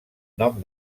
nom